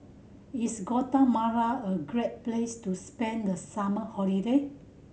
is Guatemala a great place to spend the summer holiday